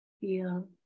feel